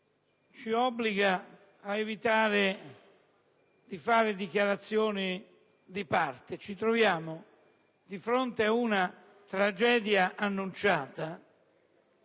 ci obbliga ad evitare di pronunciare dichiarazioni di parte. Ci troviamo di fronte ad una tragedia annunciata,